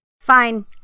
Fine